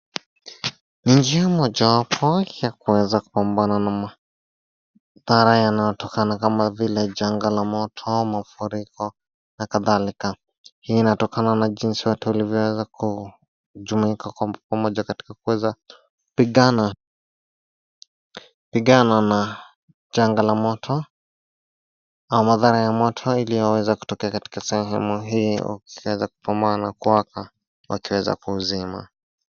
Ni njia mojawapo ya kuweza kupambana na madhara yanayotokana na vile janga la moto au mafuriko na kadhalika . Hii inatokana na jinsi watu walivyoweza kujumuika kwa pamoja katika kuweza kupigana na pigana na janga la moto au madhara ya moto iliyoweza kutokea katika sehemu hiyo wakiweza kupumua na kuwaka wakiweza kuuzima.